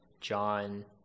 John